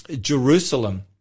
Jerusalem